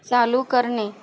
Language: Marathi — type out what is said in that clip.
चालू करणे